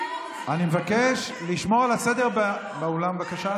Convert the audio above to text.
מבקש לשמור על הסדר באולם, בבקשה.